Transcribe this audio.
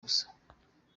gusa